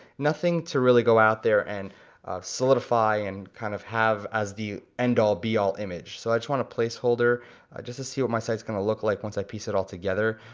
nothing to really go out there and solidify and kind of have as the end all be all image. so i just want a placeholder just to see what my site is gonna look like once i piece it all together.